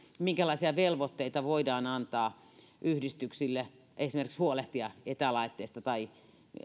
minkälaisia velvoitteita yhdistyksille voidaan antaa esimerkiksi huolehtia etälaitteista tai